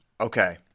Okay